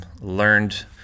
learned